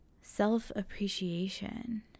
self-appreciation